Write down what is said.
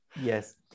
Yes